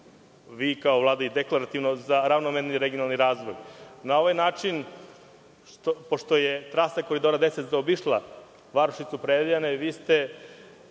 vi kao Vlada, deklarativno za ravnomerni regionalan razvoj. Na ovaj način, pošto je trasa Koridora10 zaobišla varošicu Predejane, vi se